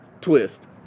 twist